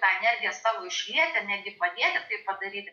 tą energjiją savo išlieti netgi padėti tai padaryti